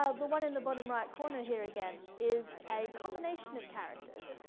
um the one in the bottom right corner here again is a combination of characters.